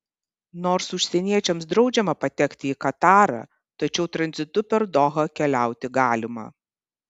nors užsieniečiams draudžiama patekti į katarą tačiau tranzitu per dohą keliauti galima